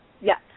Yes